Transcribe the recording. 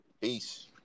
Peace